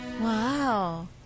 Wow